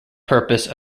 purpose